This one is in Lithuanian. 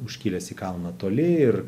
užkilęs į kalną toli ir